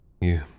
You